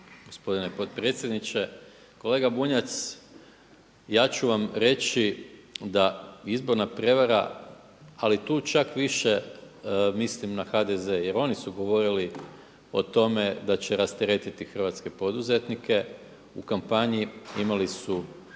Gospodine potpredsjedniče. Kolega Bunjac, ja ću vam reći da izborna prijevara, ali tu čak više mislim na HDZ jer oni su govorili o to me da će rasteretiti hrvatske poduzetnike u kampanji, imali su